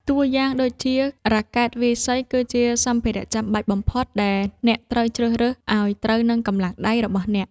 តួយ៉ាងដូចជា រ៉ាកែតវាយសី គឺជាសម្ភារៈចាំបាច់បំផុតដែលអ្នកត្រូវជ្រើសរើសឱ្យត្រូវនឹងកម្លាំងដៃរបស់អ្នក។